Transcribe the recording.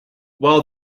while